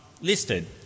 listed